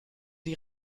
die